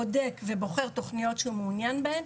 בודק ובוחר תוכניות שהוא מעוניין בהן,